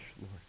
Lord